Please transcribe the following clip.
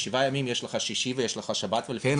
בשבעה ימים יש לך שישי ויש לך שבת ולפעמים